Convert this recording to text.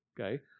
okay